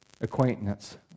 acquaintance